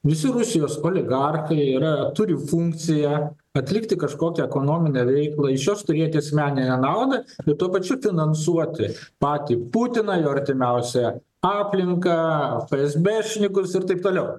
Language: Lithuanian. visi rusijos oligarchai yra turi funkciją atlikti kažkokią ekonominę veiklą iš jos turėti asmeninę naudą bet tuo pačiu finansuoti patį putiną jo artimiausią aplinką fresbešnikus ir taip toliau